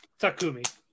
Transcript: Takumi